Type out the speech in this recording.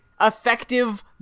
effective